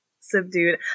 subdued